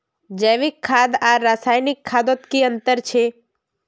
जैविक खाद आर रासायनिक खादोत की अंतर छे?